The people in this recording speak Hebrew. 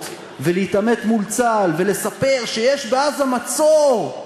ולהתעמת מול צה"ל ולספר שיש בעזה מצור.